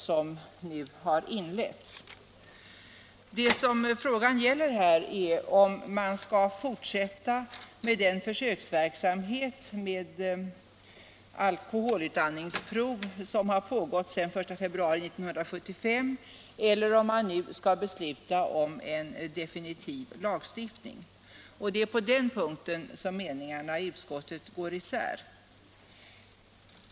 Vad frågan nu gäller är om man skall fortsätta den försöksverksamhet med alkoholutandningsprov som pågått sedan den 1 februari 1975 eller besluta om en definitiv lagstiftning. Det är på den punkten som meningarna i utskottet går isär.